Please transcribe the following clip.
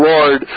Lord